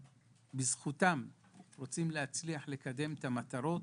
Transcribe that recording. בזכותם אנחנו רוצים להצליח לקדם את המטרות